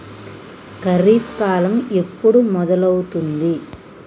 ఖరీఫ్ కాలం ఎప్పుడు మొదలవుతుంది?